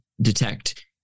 detect